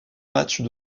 matchs